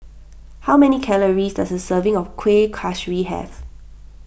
how many calories does a serving of Kueh Kaswi have